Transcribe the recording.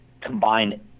combine